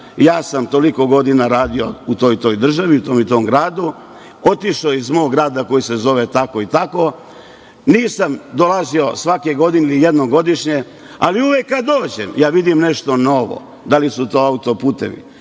ja sam toliko godina radio u toj i toj državi, u tom i tom gradu, otišao iz mog grada koji se zove tako i tako, nisam dolazio svake godine ili jednom godišnje, ali uvek kada dođem ja vidim nešto novo – da li su to autoputevi,